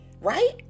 right